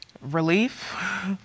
Relief